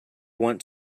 want